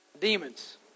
demons